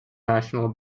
national